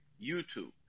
YouTube